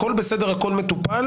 הכול בסדר, הכול מטופל